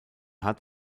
hat